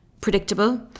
predictable